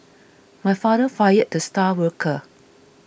my father fired the star worker